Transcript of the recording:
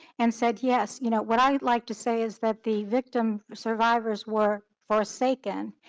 and said, yes, you know, what i'd like to say is that the victim survivors were forsaken.